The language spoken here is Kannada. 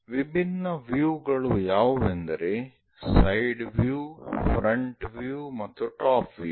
ವಿಭಿನ್ನ ವ್ಯೂ ಗಳು ಯಾವುವೆಂದರೆ ಸೈಡ್ ವ್ಯೂ ಫ್ರಂಟ್ ವ್ಯೂ ಮತ್ತು ಟಾಪ್ ವ್ಯೂ